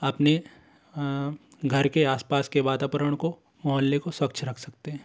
अपने घर के आस पास के वातावरण को मोहल्ले को स्वच्छ रख सकते हैं